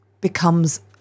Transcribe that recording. becomes